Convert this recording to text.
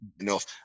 enough